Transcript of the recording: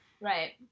Right